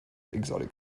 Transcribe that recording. exotic